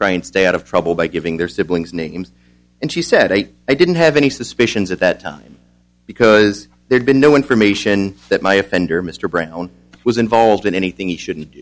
try and stay out of trouble by giving their siblings names and she said i didn't have any suspicions at that time because there'd been no information that my offender mr brown was involved in anything he shouldn't